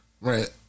Right